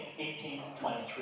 1823